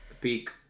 Peak